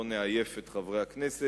אז לא נעייף את חברי הכנסת,